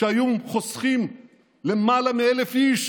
שהיו חוסכים למעלה מ-1,000 איש